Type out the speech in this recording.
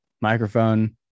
Microphone